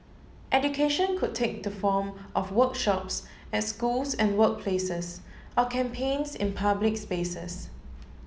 education could take the form of workshops at schools and workplaces or campaigns in public spaces